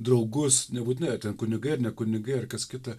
draugus nebūtinai ar ten kunigai ar ne kunigai ar kas kita